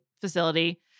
facility